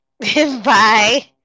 Bye